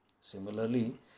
Similarly